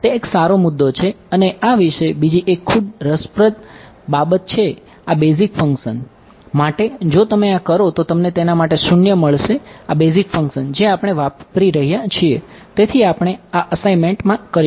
તે એક સારો મુદ્દો છે અને આ વિશે બીજી એક ખૂબ જ રસપ્રદ બાબત છે આ બેઝિક ફંક્શન માં કરીશું